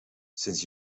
sinds